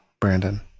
Brandon